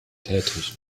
tätig